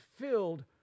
filled